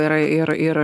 ir ir ir